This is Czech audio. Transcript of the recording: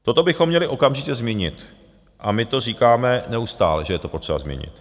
Toto bychom měli okamžitě změnit a my to říkáme neustále, že je to potřeba změnit.